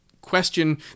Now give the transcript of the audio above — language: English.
question